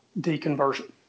deconversion